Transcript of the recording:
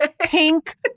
pink